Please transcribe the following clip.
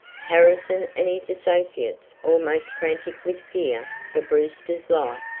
harrison and his associates, almost frantic with fear for brewster's life,